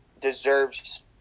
deserves